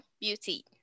beauty